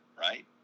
right